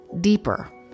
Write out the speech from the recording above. deeper